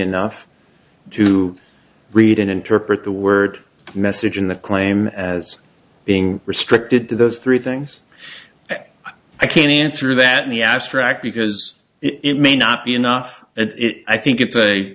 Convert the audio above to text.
enough to read and interpret the word message in that claim as being restricted to those three things i can't answer that in the abstract because it may not be enough and i think it's a